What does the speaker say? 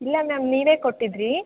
ಇಲ್ಲ ಮ್ಯಾಮ್ ನೀವೇ ಕೊಟ್ಟಿದ್ದೀರಿ